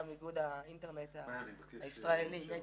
גם איגוד האינטרנט הישראלי.